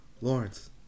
Lawrence